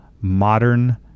modern